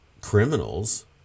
criminals